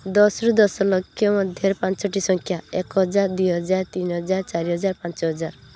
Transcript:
ଦଶରୁ ଦଶ ଲକ୍ଷ ମଧ୍ୟରେ ପାଞ୍ଚଟି ସଂଖ୍ୟା ଏକ ହଜାର ଦୁଇ ହଜାର ତିନି ହଜାର ଚାରି ହଜାର ପାଞ୍ଚ ହଜାର